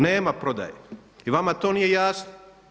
Nema prodaje i vama to nije jasno.